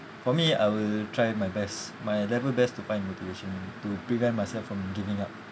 for me I will try my best my level best to find motivation to prevent myself from giving up